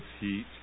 heat